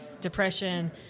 depression